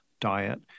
diet